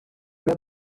that